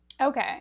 Okay